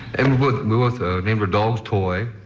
and we both ah named our dogs toy